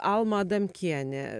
alma adamkienė